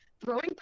throwing